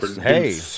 hey